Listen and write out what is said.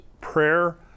prayer